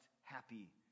happy